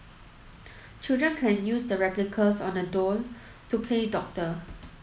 children can use the replicas on the doll to play doctor